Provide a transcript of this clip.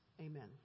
Amen